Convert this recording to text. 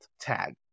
tag